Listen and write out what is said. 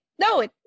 No